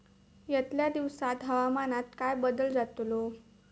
यतल्या दिवसात हवामानात काय बदल जातलो?